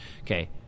okay